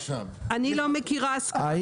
אני לא מכירה הסכמה כזאת.